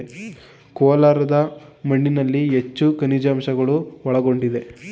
ಕೋಲಾರದ ಮಣ್ಣಿನಲ್ಲಿ ಹೆಚ್ಚು ಖನಿಜಾಂಶಗಳು ಒಳಗೊಂಡಿದೆ